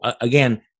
again